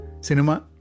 cinema